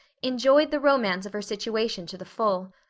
enjoyed the romance of her situation to the full.